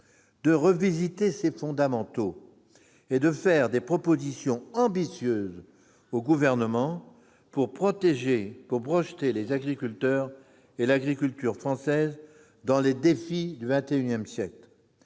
de revisiter ses fondamentaux et de faire des propositions ambitieuses au Gouvernement pour projeter les agriculteurs et l'agriculture française dans les défis du XXI siècle.